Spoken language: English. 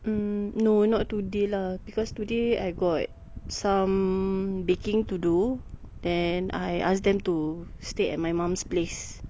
mm no not today lah because today I got some baking to do then I ask them to stay at my mum's place